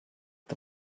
the